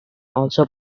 also